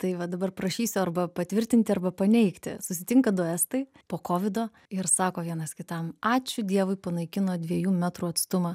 tai va dabar prašysiu arba patvirtinti arba paneigti susitinka du estai po kovido ir sako vienas kitam ačiū dievui panaikino dviejų metrų atstumą